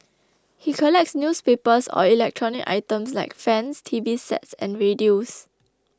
he collects newspapers or electronic items like fans T V sets and radios